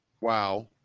wow